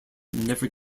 never